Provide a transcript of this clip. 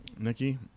Nikki